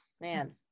man